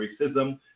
racism